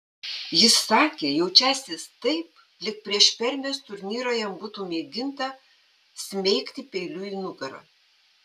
jis sakė jaučiąsis taip lyg prieš permės turnyrą jam būtų mėginta smeigti peiliu į nugarą